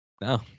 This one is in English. No